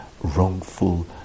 wrongful